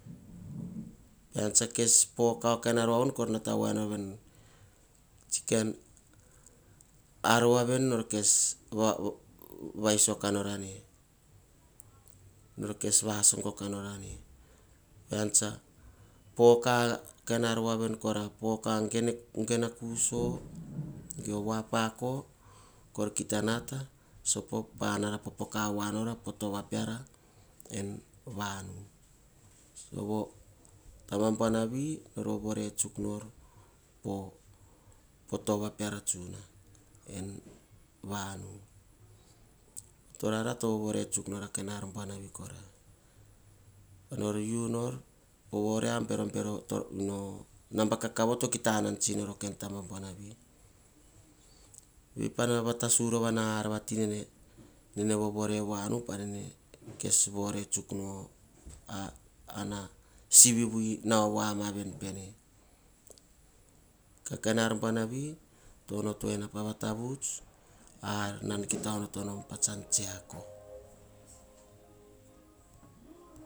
Ean tsa kes poka kain ar voan vene kor nata voaer veni. Tsi kain ar voavene nor kes va iso kah nor ane nor kes vasogo ka nor ane. Pean tsa poka kain ar voan vene, gena kuso. Geo voapako, kor kita nata sopo panara popoka voanora po tova en vanu sovo tana buanavi nor vo vore tsuk nor. potana peara en vanu torara tovovore tsu nor ar buanavi kora. Nor u nor, a naba kakavo to kita an tsi nor buanavi kora nor u nor. A naba kakavo to kita an tsi nor o tara buanavi ve hi tovatasu rovana ar vati. Neng kes vore tsuk nu. Pana sivi vui nau voama pene kain ar buanavi to onoto ena pa vat vuts a uts pa ar nan kita onot onom atsiako.